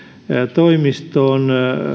toimiston